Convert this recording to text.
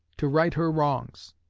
to right her wrongs.